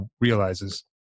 realizes